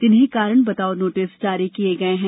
जिन्हें कारण बताओं नोटिस जारी किए गए है